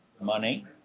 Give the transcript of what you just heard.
money